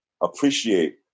appreciate